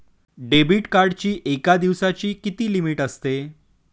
Debit कार्डची एका दिवसाची किती लिमिट असते?